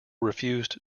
refused